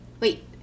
wait